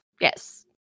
Yes